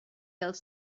els